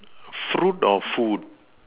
fruit or food